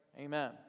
Amen